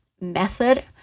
method